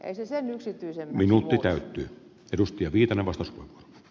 eivät ne sen yksityisemmiksi muutu